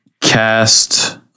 cast